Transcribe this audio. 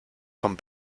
con